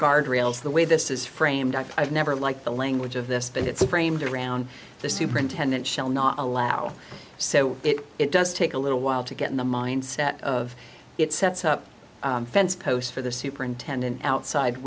guardrails the way this is framed up i've never liked the language of this and it's framed around the superintendent shall not allow so it does take a little while to get in the mindset of it sets up a fence post for the superintendent outside